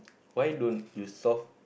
why don't you solve